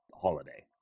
holiday